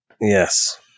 Yes